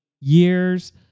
years